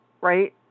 right